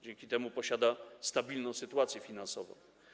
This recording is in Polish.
Dzięki temu posiada stabilną sytuację finansową.